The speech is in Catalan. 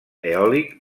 eòlic